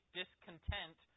discontent